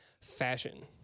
fashion